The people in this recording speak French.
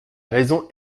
raisons